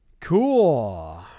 cool